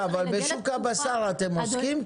בשוק הבשר אתם עוסקים?